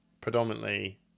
predominantly